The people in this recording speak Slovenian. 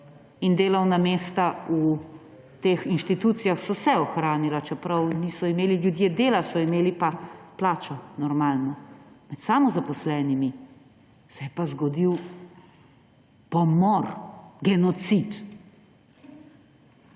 In delovna mesta v teh inštitucijah so se ohranila, čeprav niso imeli ljudje dela, so imeli pa plačo normalno. Med samozaposlenimi se je pa zgodil pomor. Genocid.